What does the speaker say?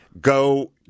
Go